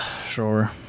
Sure